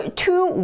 two